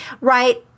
right –